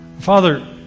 Father